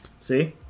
see